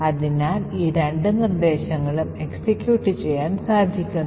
അതിനാൽ രണ്ട് നിർദ്ദേശങ്ങളും എക്സിക്യൂട്ട് ചെയ്യാൻ സാധിക്കുന്നു